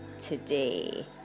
today